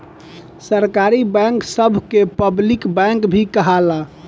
सरकारी बैंक सभ के पब्लिक बैंक भी कहाला